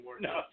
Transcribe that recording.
No